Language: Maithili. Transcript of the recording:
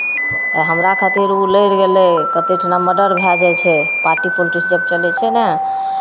आइ हमरा खातिर ओ लड़ि गेलै कतेक ठिना मर्डर भए जाइ छै पार्टी पोलटिक्स जब चलै छै ने